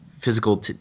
physical